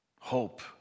Hope